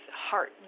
heart